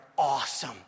awesome